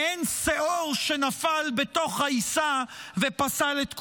מעין שאור שנפל בתוך העיסה ופסל את כולה.